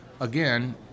again